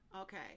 Okay